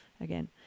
again